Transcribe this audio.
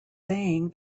saying